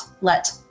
let